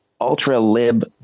ultra-lib